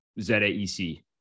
z-a-e-c